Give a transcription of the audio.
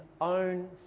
own